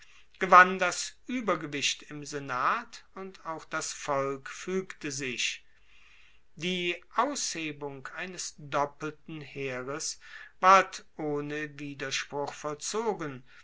gewann das uebergewicht im senat und auch das volk fuegte sich die aushebung eines doppelten heeres ward ohne widerspruch vollzogen